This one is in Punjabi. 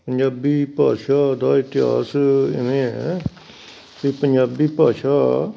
ਪੰਜਾਬੀ ਭਾਸ਼ਾ ਦਾ ਇਤਿਹਾਸ ਇਵੇਂ ਹੈ ਵੀ ਪੰਜਾਬੀ ਭਾਸ਼ਾ